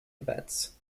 events